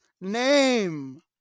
name